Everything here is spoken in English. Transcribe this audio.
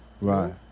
Right